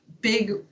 big